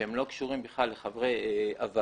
שהם לא קשורים בכלל לחברי הוועדה.